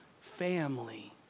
family